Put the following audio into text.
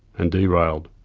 and derailed.